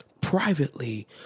privately